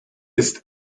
ist